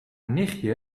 nichtje